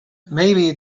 maybe